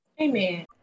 amen